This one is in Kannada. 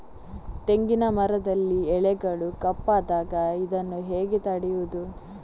ತೆಂಗಿನ ಮರದಲ್ಲಿ ಎಲೆಗಳು ಕಪ್ಪಾದಾಗ ಇದನ್ನು ಹೇಗೆ ತಡೆಯುವುದು?